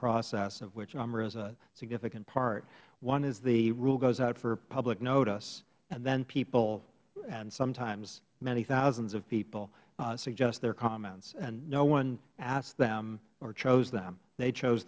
process of which umra is a significant part one is the rule goes out for public notice and then people and sometimes many thousands of people suggest their comments and no one asks them or chose them they chose